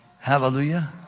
Hallelujah